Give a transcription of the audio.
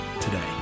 today